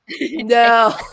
no